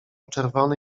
czerwony